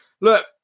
Look